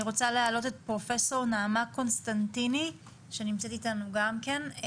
אני רוצה להעלות את פרופסור נעמה קונסטנטיני שנמצאת איתנו גם כן.